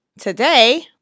Today